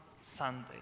Sunday